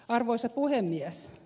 arvoisa puhemies